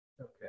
Okay